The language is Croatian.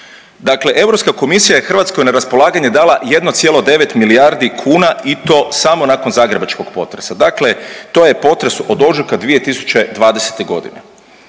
Dakle EK je Hrvatskoj na raspolaganje dala 1,9 milijardi kuna i to samo nakon zagrebačkog potresa, dakle to je potres od ožujka 2020. g.